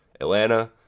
Atlanta